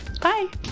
Bye